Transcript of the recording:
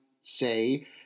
say